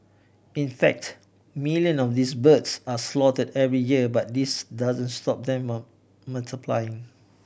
in fact million of these birds are slaughtered every year but this doesn't stop them multiplying